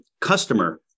customer